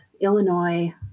Illinois